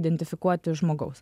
identifikuoti žmogaus